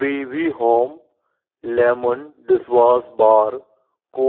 B B home lemon dishwash bar को